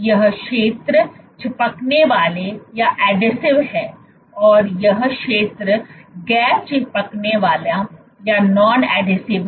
ये क्षेत्र चिपकने वाले हैं और यह क्षेत्र गैर चिपकने वाला है